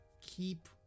keep